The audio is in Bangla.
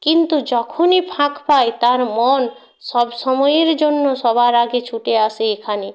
কিন্তু যখনই ফাঁক পায় তার মন সবসময়ের জন্য সবার আগে ছুটে আসে এখানে